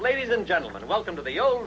ladies and gentlemen welcome to the